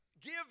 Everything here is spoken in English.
give